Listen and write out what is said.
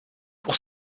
pour